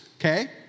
Okay